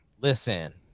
Listen